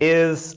is